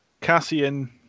Cassian